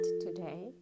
today